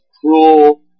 cruel